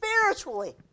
spiritually